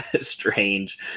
strange